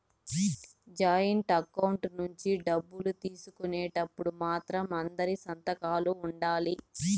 joint account నుంచి డబ్బులు తీసుకునేటప్పుడు మాత్రం అందరి సంతకాలు ఉండాలి